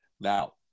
Now